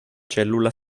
cellula